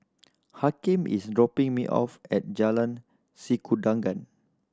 Hakim is dropping me off at Jalan Sikudangan